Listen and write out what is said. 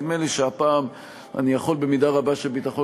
נדמה לי שהפעם אני יכול במידה רבה של ביטחון